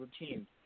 routine